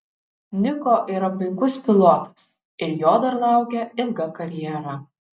niko yra puikus pilotas ir jo dar laukia ilga karjera